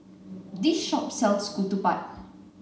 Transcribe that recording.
this shop sells Ketupat